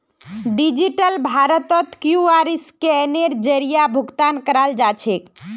digital भारतत QR scanner जरीए भुकतान कराल जाछेक